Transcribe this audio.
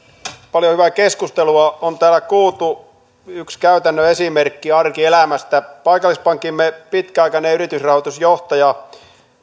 paljon hyvää keskustelua on täällä kuultu yksi käytännön esimerkki arkielämästä paikallispankkimme pitkäaikainen yritysrahoitusjohtaja